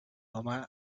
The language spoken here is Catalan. home